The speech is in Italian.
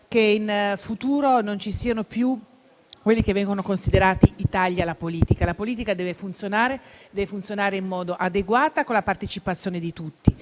che in futuro non ci siano più quelli che vengono considerati i tagli alla politica. Quest'ultima deve funzionare in modo adeguato e con la partecipazione di tutti;